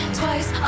twice